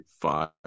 five